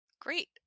Great